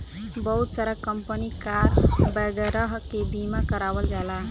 बहुत सारा company car वगैरह के बीमा करावल जाला